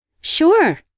Sure